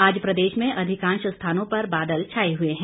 आज प्रदेश में अधिकांश स्थानों पर बादल छाए हुए हैं